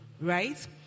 right